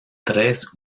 tres